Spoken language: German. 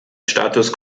status